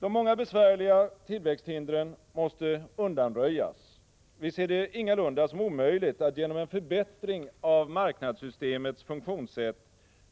De många besvärliga tillväxthindren måste undanröjas. Vi ser det ingalunda som omöjligt att genom en förbättring av marknadssystemets funktionssätt